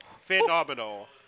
phenomenal